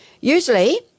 Usually